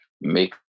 make